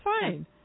fine